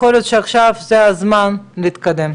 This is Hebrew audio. יכול להיות שעכשיו זה הזמן להתקדם.